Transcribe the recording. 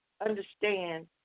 understand